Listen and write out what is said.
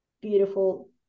beautiful